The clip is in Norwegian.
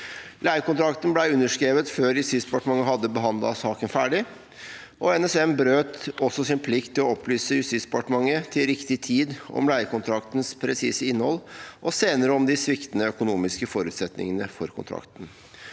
Leiekontrakten ble underskrevet før Justisdepartementet hadde behandlet saken ferdig. – NSM brøt også sin plikt til å opplyse Justisdepartementet til riktig tid om leiekontraktens presise innhold og senere om de sviktende økonomiske forutsetningene for kontrakten.